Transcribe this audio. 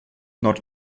north